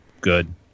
good